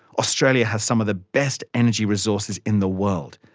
australia has some of the best energy resources in the world,